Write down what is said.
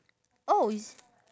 oh it's